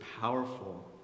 powerful